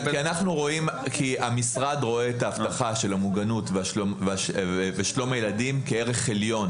כי המשרד רואה את ההבטחה של המוגנות ושלום הילדים כערך עליון.